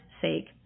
sake